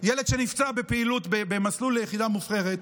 ילד שנפצע בפעילות במסלול ליחידה מובחרת.